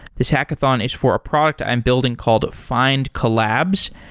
this hackathon is for a product i'm building called findcollabs.